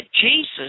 Jesus